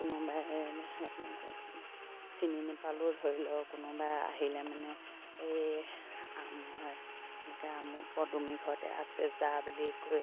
কোনোবাই চিনি নেপালেও ধৰি লওক কোনোবাই আহিলে মানে এই আম পদুমি ঘৰতে আছে যা বুলি কৈ